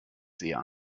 sehr